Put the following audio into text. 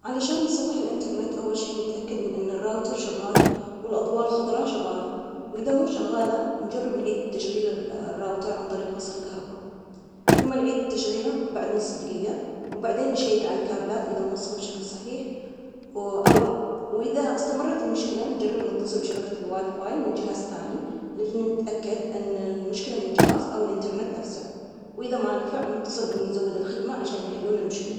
أول شي لازم إني أتحقق من كل الأجهزة، أتأكد إن المودم والراوتر شغالينن بشكل صحيح. وأعيد تشغيلها. بعدها أشيك على الكابلات إذا موصولة بشكل جيد. إذا كان في أي انقطاع، أتصل بمزود الخدمة لأتأكد من عدم وجود مشكلة في الشبكة. بعد ذلك إذا ما في مشكلة، أراجع إعدادات الشبكة أو أجرب الإتصال بجهاز آخر.